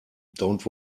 don’t